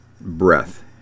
breath